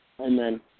Amen